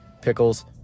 pickles